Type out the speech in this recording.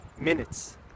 minutes